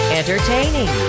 entertaining